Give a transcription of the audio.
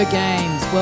games